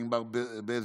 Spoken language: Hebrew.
ענבר בזק,